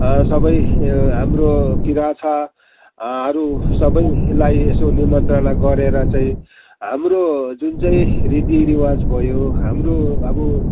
सबै यो हाम्रो किराँतहरू सबैलाई यसो निमन्त्रणा गरेर चाहिँ हाम्रो जुन चाहिँ रीतिरिवाज भयो हाम्रो अब